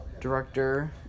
Director